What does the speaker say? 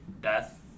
death